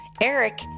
Eric